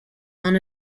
non